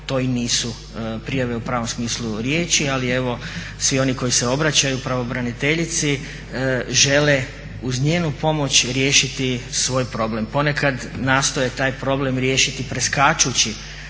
to i nisu prijave u pravom smislu riječi. Ali evo svi oni koji se obraćaju pravobraniteljici žele uz njenu pomoć riješiti svoj problem. ponekad nastoje taj problem riješiti preskačući